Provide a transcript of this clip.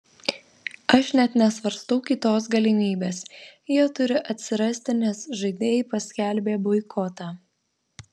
aš net nesvarstau kitos galimybės jie turi atsirasti nes žaidėjai paskelbė boikotą